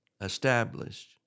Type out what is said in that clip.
established